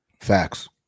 Facts